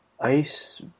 Ice